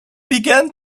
began